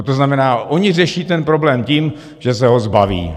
To znamená, oni řeší ten problém tím, že se ho zbaví.